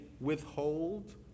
withhold